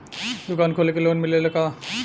दुकान खोले के लोन मिलेला का?